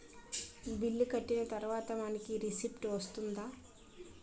Bill కట్టిన తర్వాత మనకి రిసీప్ట్ వస్తుందా?